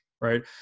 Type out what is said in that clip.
Right